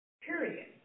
Period